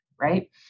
right